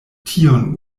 tion